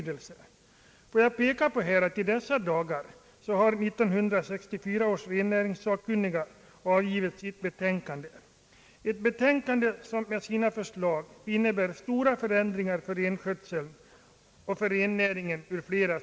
Jag vill peka på att i dessa dagar har 1964 års rennäringssakkunniga avgivit sitt betänkande, vars förslag ur flera synpunkter innebär stora förändringar för renskötseln.